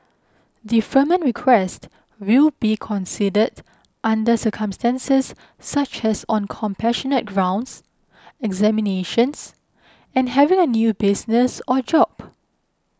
deferment requests will be considered under circumstances such as on compassionate grounds examinations and having a new business or job